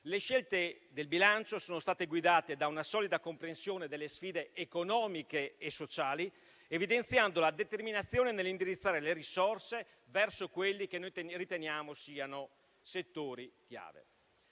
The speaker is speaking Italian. Le scelte del bilancio sono state guidate da una solida comprensione delle sfide economiche e sociali, evidenziando la determinazione nell'indirizzare le risorse verso quelli che riteniamo settori chiave.